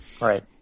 Right